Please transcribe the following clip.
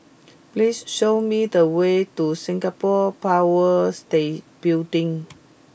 please show me the way to Singapore Power state Building